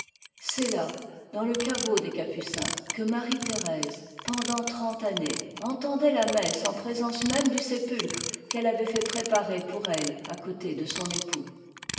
c'est là dans te qaveau des capucins que marie-thérèse pendant trente années entendait la messe en présence même du sépulcre qu'elle avait fait préparer pour elle à côté de son époux